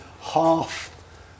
half